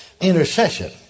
intercession